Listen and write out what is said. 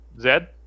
Zed